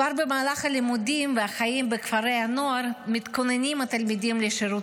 כבר במהלך הלימודים והחיים בכפרי הנוער מתכוננים התלמידים לשירות